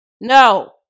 no